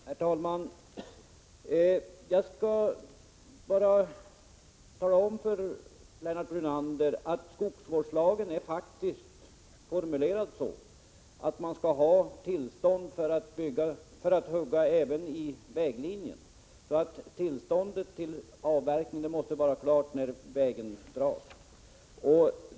Herr talman! Jag vill bara tala om för Lennart Brunander att skogsvårdsla 15 maj 1987 gen faktiskt är formulerad så att det krävs tillstånd även för att hugga i väglinjen. Avverkningstillståndet måste alltså vara klart innan vägen får dras.